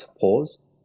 pause